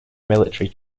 military